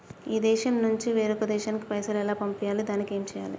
ఈ దేశం నుంచి వేరొక దేశానికి పైసలు ఎలా పంపియ్యాలి? దానికి ఏం చేయాలి?